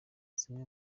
zimwe